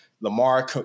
Lamar